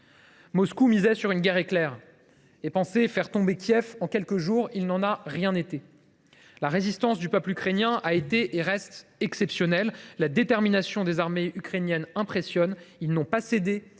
Moscou misait sur une guerre éclair et pensait faire tomber Kiev en quelques jours ; il n’en a rien été. La résistance du peuple ukrainien a été et reste exceptionnelle. La détermination des armées ukrainiennes impressionne. Les Ukrainiens n’ont pas cédé.